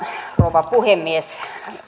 rouva puhemies